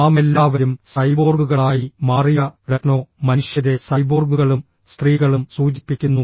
നാമെല്ലാവരും സൈബോർഗുകളായി മാറിയ ടെക്നോ മനുഷ്യരെ സൈബോർഗുകളും സ്ത്രീകളും സൂചിപ്പിക്കുന്നു